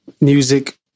music